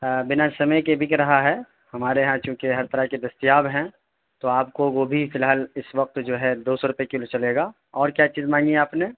بنا سمئے کے بک رہا ہے ہمارے یہاں چوںکہ ہر طرح کے دستیاب ہیں تو آپ کو گوبھی فی الحال اس وقت جو ہے دو سو روپئے کلو چلے گا اور کیا چیز مانگی آپ نے